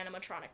animatronic